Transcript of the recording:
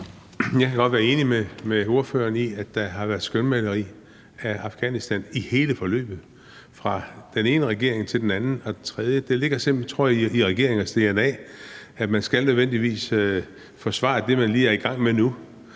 Jeg kan godt være enig med ordføreren i, at der har været et skønmaleri af Afghanistan i hele forløbet fra den ene regering til den anden og den tredje. Det ligger simpelt hen, tror jeg, i regeringers dna, at man nødvendigvis skal forsvare det, man lige er i gang med nu,